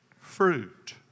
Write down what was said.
fruit